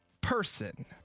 person